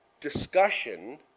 discussion